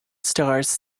stars